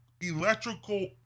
electrical